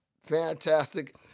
Fantastic